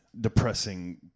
depressing